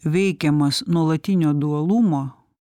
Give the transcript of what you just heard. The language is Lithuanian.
veikiamas nuolatinio dualumo